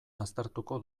aztertuko